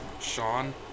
Sean